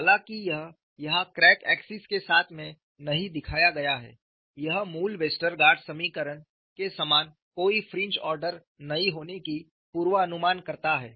हालांकि यह यहां क्रैक एक्सिस के साथ में नहीं दिखाया गया है यह मूल वेस्टरगार्ड समीकरण के समान कोई फ्रिंज ऑर्डर नहीं होने की पूर्वानुमान करता है